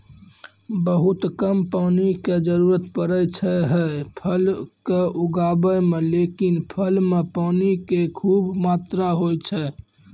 बहुत कम पानी के जरूरत पड़ै छै है फल कॅ उगाबै मॅ, लेकिन फल मॅ पानी के खूब मात्रा होय छै